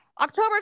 october